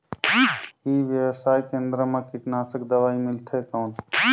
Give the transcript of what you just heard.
ई व्यवसाय केंद्र मा कीटनाशक दवाई मिलथे कौन?